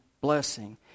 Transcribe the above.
blessing